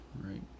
right